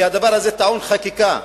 כי הדבר הזה טעון חקיקה,